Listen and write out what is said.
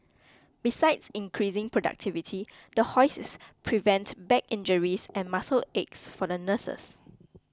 besides increasing productivity the hoists prevent back injuries and muscle aches for the nurses